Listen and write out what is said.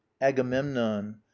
agamemnon